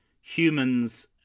humans